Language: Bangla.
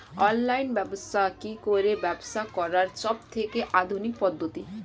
অনলাইন ব্যবসা করে কি ব্যবসা করার সবথেকে আধুনিক পদ্ধতি?